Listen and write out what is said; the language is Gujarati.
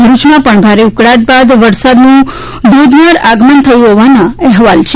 ભરુચમાં પણ ભારે ઉકળાટ બાદ વરસાદનું ધોધમાર આગમન થયું હોવાના અહેવાલ છે